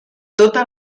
tota